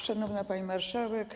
Szanowna Pani Marszałek!